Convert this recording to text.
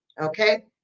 Okay